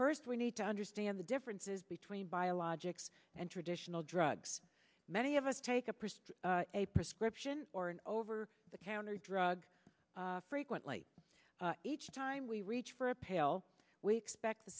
first we need to understand the differences between biologics and traditional drugs many of us take a priest a prescription or an over the counter drug frequently each time we reach for a pill we expect the